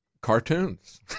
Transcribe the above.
cartoons